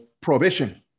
prohibition